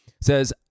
says